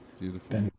Beautiful